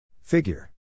Figure